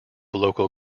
local